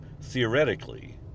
theoretically